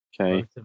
Okay